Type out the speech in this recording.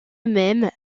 même